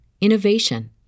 innovation